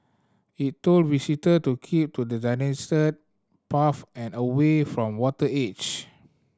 it told visitor to keep to path and away from water edge